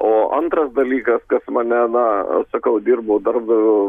o antras dalykas kas mane na aš sakau dirbau darbdaviu